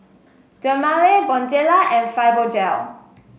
Dermale Bonjela and Fibogel